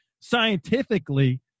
scientifically